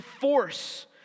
force